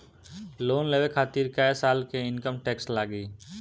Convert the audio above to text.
Loan लेवे खातिर कै साल के इनकम टैक्स लागी?